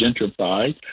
gentrified